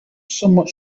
somewhat